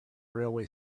railway